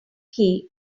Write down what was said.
key